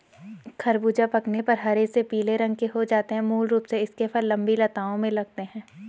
ख़रबूज़ा पकने पर हरे से पीले रंग के हो जाते है मूल रूप से इसके फल लम्बी लताओं में लगते हैं